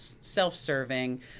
self-serving